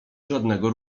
żadnego